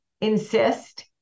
insist